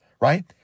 right